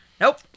Nope